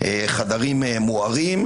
בחדרים מוארים.